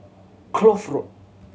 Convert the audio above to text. Kloof Road